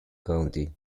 county